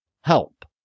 help